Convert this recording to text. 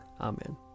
Amen